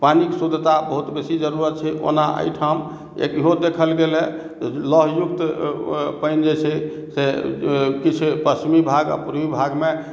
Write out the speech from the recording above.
पानि के शुद्धता बहुत बेसी जरूरत छै ओना एहि ठाम एक इहो देखल गेल हँ लौह युक्त पानि जे छै से किछु पश्चिमी भाग आ पूर्वी भाग मे